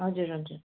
हजुर हजुर